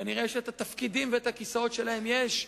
כנראה התפקידים והכיסאות שלהם ישנם.